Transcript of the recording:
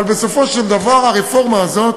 אבל בסופו של דבר הרפורמה הזאת